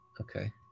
Okay